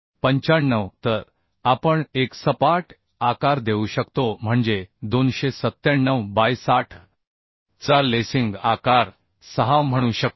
95 तर आपण एक सपाट आकार देऊ शकतो म्हणजे 297 बाय 60 चा लेसिंग आकार 6 म्हणू शकतो